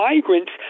migrants